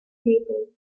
papers